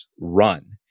run